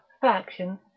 faction